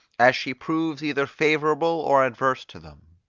as she proves either favourable or adverse to them.